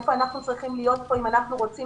היכן אנחנו צריכים להיות כאן אם אנחנו רוצים